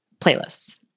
playlists